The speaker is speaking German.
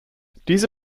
diese